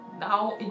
Now